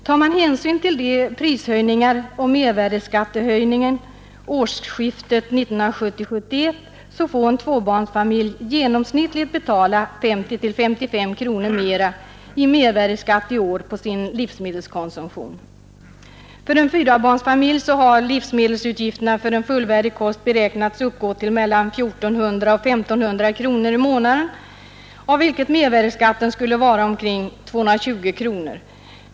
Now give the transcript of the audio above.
Tar man hänsyn till prishöjningarna och mervärdeskattehöjningen vid årsskiftet 1970-1971, så får en tvåbarnsfamilj genomsnittligt betala 50—55 kronor mera i mervärdeskatt i år på sin livsmedelskonsumtion. För en fyrabarnsfamilj har livsmedelsutgifterna för en fullvärdig kost beräknats uppgå till mellan 1 400 och 1 500 kronor i månaden, av vilket mervärdeskatten skulle utgöra omkring 220 kronor.